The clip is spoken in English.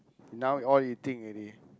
now all eating already